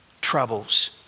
troubles